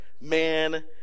man